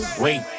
Wait